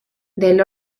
del